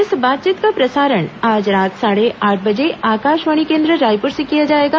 इस बातचीत का प्रसारण आज रात साढ़े आठ बजे आकाशवाणी केन्द्र रायपुर से किया जाएगा